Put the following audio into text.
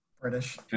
British